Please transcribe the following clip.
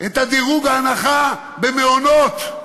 את הדירוג להנחה במעונות,